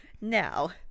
Now